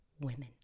women